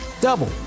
double